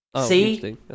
See